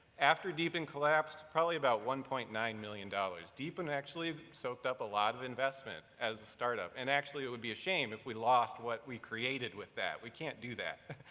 after dpn collapsed, probably about one point nine million dollars. dpn actually soaked up a lot of investment as a startup, and actually it would be a shame if we lost what we created with that. we can't do that,